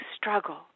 struggle